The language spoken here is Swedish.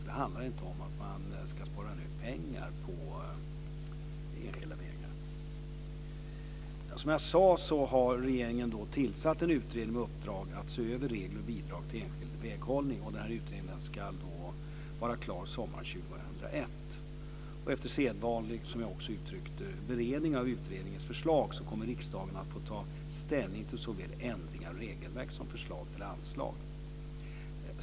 Det handlar inte om att spara pengar i fråga om de enskilda vägarna. Som jag sade har regeringen tillsatt en utredning med uppdrag att se över regler för bidrag till enskild väghållning. Utredningen ska vara klar sommaren 2001. Efter sedvanlig beredning av utredningens förslag kommer riksdagen att få ta ställning till såväl ändringar i regelverk som förslag till anslag.